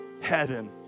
heaven